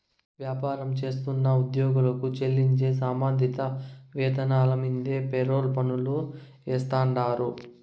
వ్యాపారం చేస్తున్న ఉద్యోగులకు చెల్లించే సంబంధిత వేతనాల మీన్దే ఫెర్రోల్ పన్నులు ఏస్తాండారు